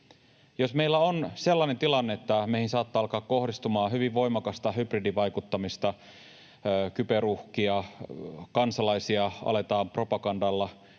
Jos meillä on sellainen tilanne, että meihin saattaa alkaa kohdistumaan hyvin voimakasta hybridivaikuttamista ja kyberuhkia ja kansalaisia aletaan propagandalla